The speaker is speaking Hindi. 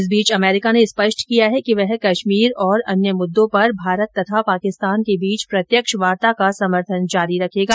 इस बीच अमरीका ने स्पष्ट किया है कि वह कश्मीर और अन्य मुद्दों पर भारत तथा पाकिस्तान के बीच प्रत्यक्ष वार्ता का समर्थन जारी रखेगा